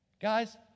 Guys